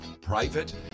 private